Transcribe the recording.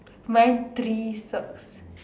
mine three socks